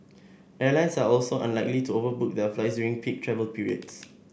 airlines are also unlikely to overbook their flights during peak travel periods